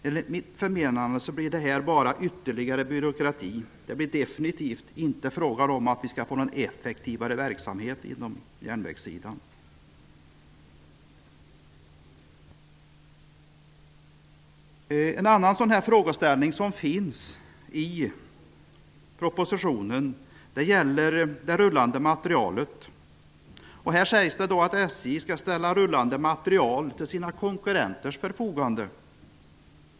Enligt mitt förmenande innebär detta bara ytterligare byråkrati; det blir definitivt inte fråga om någon effektivare verksamhet på järnvägssidan. En annan frågeställning i propositionen gäller den rullande materielen. Här sägs det att SJ skall ställa rullande materiel till sina konkurrenters förfogande.